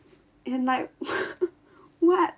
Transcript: and like what